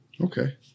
Okay